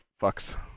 fucks